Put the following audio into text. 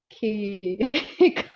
key